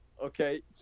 okay